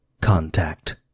Contact